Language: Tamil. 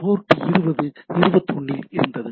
போர்ட் 20 21 இருந்தது